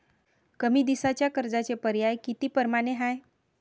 कमी दिसाच्या कर्जाचे पर्याय किती परमाने हाय?